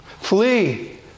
flee